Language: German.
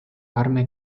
arme